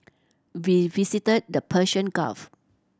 we visited the Persian Gulf